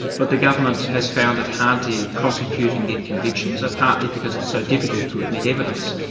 but the government has found it hard to prosecute and get convictions, ah partly because it's so difficult to admit evidence.